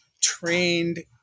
trained